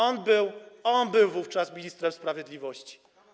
On był wówczas ministrem sprawiedliwości.